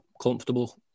comfortable